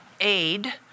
aid